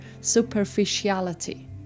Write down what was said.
superficiality